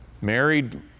married